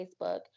Facebook